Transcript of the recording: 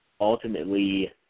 ultimately –